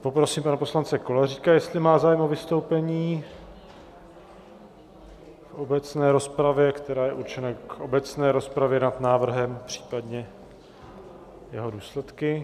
Poprosím pana poslance Koláříka, jestli má zájem o vystoupení v obecné rozpravě, která je určena k obecné rozpravě nad návrhem, případně jeho důsledky.